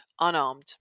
unarmed